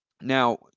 Now